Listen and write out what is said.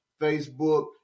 Facebook